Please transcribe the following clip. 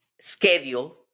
schedule